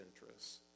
interests